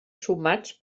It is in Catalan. sumats